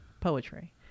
poetry